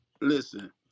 listen